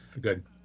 Good